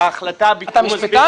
אתה משפטן?